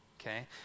Okay